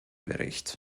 bericht